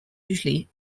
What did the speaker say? usually